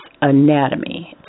Anatomy